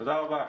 תודה רבה.